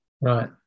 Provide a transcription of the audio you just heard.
Right